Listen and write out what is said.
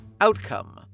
Outcome